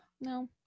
No